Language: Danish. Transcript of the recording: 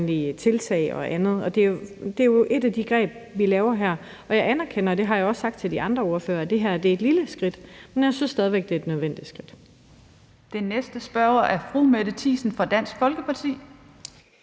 Og det er jo et af de greb, vi laver her. Jeg anerkender, og det har jeg også sagt til de andre ordførere, at det her er et lille skridt, men jeg synes stadig væk, at det er et nødvendigt skridt.